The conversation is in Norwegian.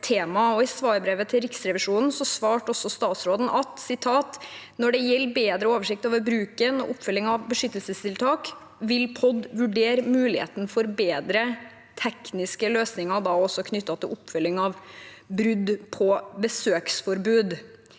i brevet til Riksrevisjonen svarte statsråden: «Når det gjelder bedre oversikt over bruken og oppfølging av beskyttelsestiltak, vil POD vurdere muligheten for bedre tekniske løsninger.» Dette er også knyttet til oppfølging av brudd på besøksforbud.